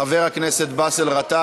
עם ההתנגדות של חבר הכנסת באסל גטאס.